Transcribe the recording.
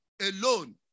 alone